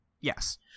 Yes